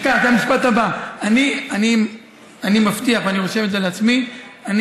לא, אני מבקש שתעקוב אחרי זה.